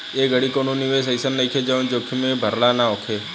ए घड़ी कवनो निवेश अइसन नइखे जवन जोखिम से भरल ना होखे